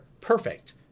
perfect